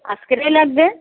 আজকেরই লাগবে